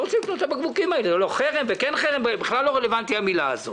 לא חרם או כן חרם בכלל לא רלוונטית המילה הזאת.